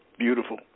Beautiful